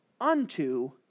unto